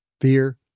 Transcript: Fear